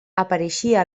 apareixia